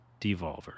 Devolver